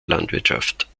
landwirtschaft